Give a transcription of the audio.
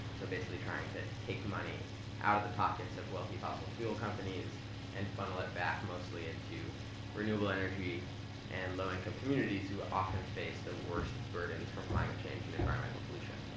so basically trying to take money out of the pockets of wealthy fossil fuel companies and funnel it back mostly into renewable energy and low income communities who often face the worst burdens for climate change and environment pollution.